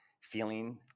feeling